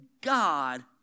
God